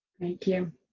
thank you.